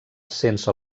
sense